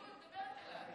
את כל הזמן מדברת אליי.